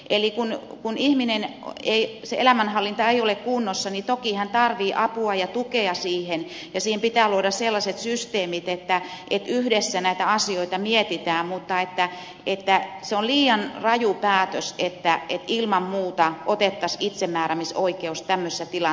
eli kun ihmisen elämänhallinta ei ole kunnossa hän toki tarvitsee apua ja tukea siihen ja siihen pitää luoda sellaiset systeemit että yhdessä näitä asioita mietitään mutta se on liian raju päätös että ilman muuta otettaisiin itsemääräämisoikeus tämmöisessä tilanteessa pois